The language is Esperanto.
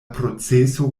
proceso